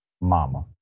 mama